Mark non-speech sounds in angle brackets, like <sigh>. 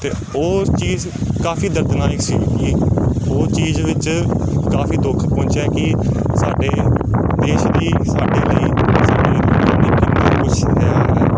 ਅਤੇ ਉਹ ਚੀਜ਼ ਕਾਫੀ ਦਰਦਨਾਕ ਸੀਗੀ ਉਹ ਚੀਜ਼ ਵਿੱਚ ਕਾਫੀ ਦੁੱਖ ਪਹੁੰਚਿਆ ਕਿ ਸਾਡੇ ਦੇਸ਼ ਲਈ ਸਾਡੇ ਲਈ <unintelligible>